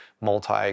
multi